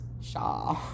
Shaw